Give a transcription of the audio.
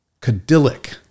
Cadillac